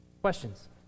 Questions